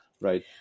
right